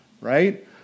right